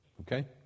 Okay